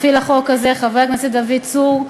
ולשותפי לחוק הזה, חבר הכנסת דוד צור,